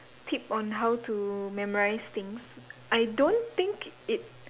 tip on how to memorise things I don't think it